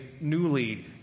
newly